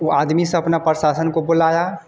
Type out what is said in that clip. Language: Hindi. वे आदमी से अपना प्रशासन को बुलाया